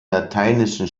lateinischen